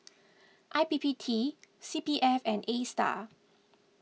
I P P T C P F and Astar